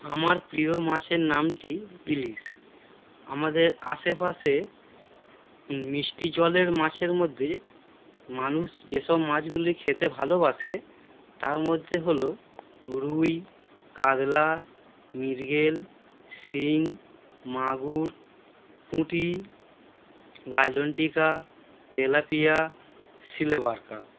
আমার প্রিয় মাছের নামটি ইলিশ আমাদের আশেপাশে মিষ্টি জলের মাছের মধ্যে মানুষ যেসব মাছগুলি খেতে ভালোবাসে তার মধ্যে হলো রুই কাতলা মৃগেল শিঙি মাগুর পুঁটি লায়লনটিকা তেলাপিয়া সিলভার কার্প